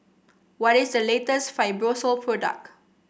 what is the latest Fibrosol product